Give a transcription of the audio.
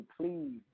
please